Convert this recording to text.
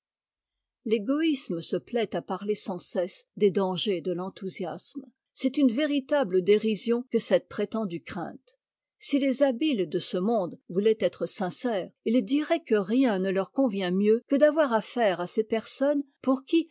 l'égoïsme se plaît à parler sans cesse des dangers de l'enthousiasme c'est une véritable dérision que cette prétendue crainte si les habiles de ce monde voulaient être sincères ils diraient que rien ne leur convient mieux que d'avoir affaire à ces personnes pour qui